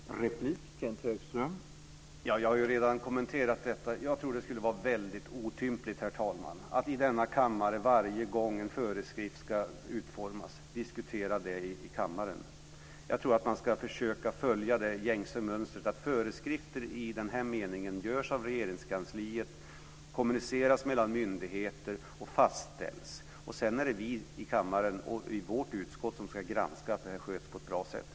Herr talman! Jag har ju redan kommenterat detta. Jag tror att det skulle bli väldigt otympligt att varje gång en föreskrift ska utformas diskutera detta i kammaren. Jag tror att man ska försöka följa det gängse mönstret att föreskrifter i den här meningen görs av Regeringskansliet, kommuniceras mellan myndigheter och fastställs. Sedan är det vi i kammaren och i vårt utskott som ska granska att det sköts på ett bra sätt.